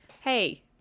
hey